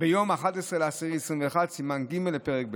ב-11 באוקטובר 2021, סימן ג' לפרק ב',